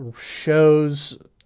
shows